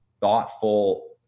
thoughtful